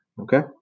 okay